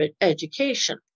Education